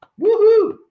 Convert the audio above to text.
Woohoo